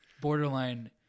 borderline